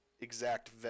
exact